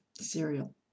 cereal